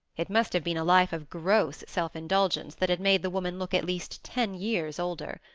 it must have been a life of gross self-indulgence that had made the woman look at least ten years older.